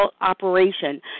operation